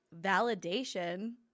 Validation